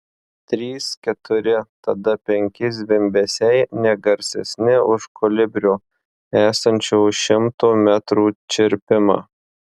trys keturi tada penki zvimbesiai ne garsesni už kolibrio esančio už šimto metrų čirpimą